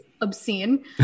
obscene